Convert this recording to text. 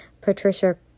Patricia